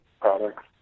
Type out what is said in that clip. products